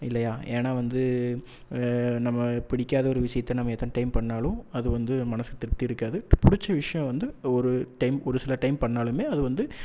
இல்லையா ஏன்னால் வந்து நம்ம பிடிக்காத ஒரு விஷயத்தை நம்ம எத்தனை டைம் பண்ணாலும் அது வந்து மனதுக்கு திருப்தி இருக்காது இப்போ பிடிச்ச விஷயம் வந்து ஒரு டைம் ஒரு சில டைம் பண்ணாலுமே அது வந்து